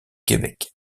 québec